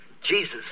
Jesus